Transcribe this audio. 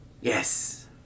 Yes